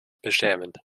beschämend